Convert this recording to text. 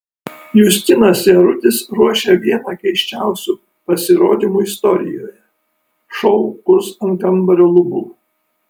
justinas jarutis ruošia vieną keisčiausių pasirodymų istorijoje šou kurs ant kambario lubų